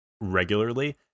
regularly